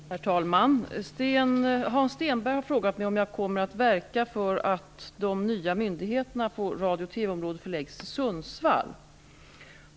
Herr talman! Hans Stenberg har frågat mig om jag kommer att verka för att de nya myndigheterna på radio och TV-området förläggs till Sundsvall.